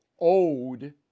owed